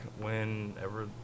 whenever